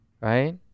right